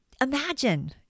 Imagine